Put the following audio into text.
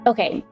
Okay